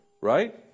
Right